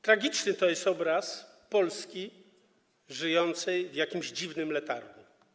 Tragiczny to jest obraz Polski żyjącej w jakimś dziwnym letargu.